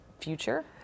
future